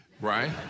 right